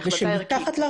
היא החלטה ערכית.